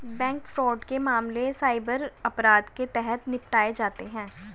bank fraud के मामले cyber अपराध के तहत निपटाए जाते हैं